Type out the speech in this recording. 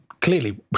clearly